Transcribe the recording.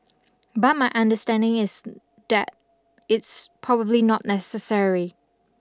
but my understanding is that it's probably not necessary